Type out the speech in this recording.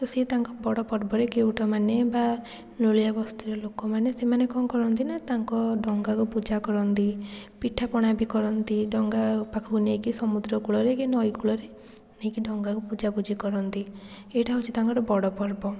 ତ ସିଏ ତାଙ୍କ ବଡ଼ ପର୍ବରେ କେଉଟମାନେ ବା ନୋଳିଆ ବସ୍ତିର ଲୋକମାନେ ସେମାନେ କ'ଣ କରନ୍ତି ନା ତାଙ୍କ ଡଙ୍ଗାକୁ ପୂଜା କରନ୍ତି ପିଠାପଣା ବି କରନ୍ତି ଡଙ୍ଗା ପାଖକୁ ନେଇକି ସମୁଦ୍ର କୂଳରେ କି ନଈ କୂଳରେ ନେଇକି ଡଙ୍ଗାକୁ ପୂଜାପୁଜି କରନ୍ତି ଏଇଟା ହେଉଛି ତାଙ୍କର ବଡ଼ ପର୍ବ